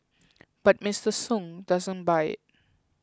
but Mister Sung doesn't buy it